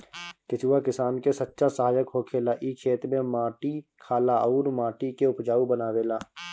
केचुआ किसान के सच्चा सहायक होखेला इ खेत में माटी खाला अउर माटी के उपजाऊ बनावेला